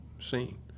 scene